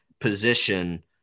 position